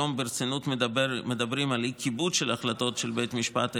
היום מדברים ברצינות על אי-כיבוד של החלטות בית המשפט העליון.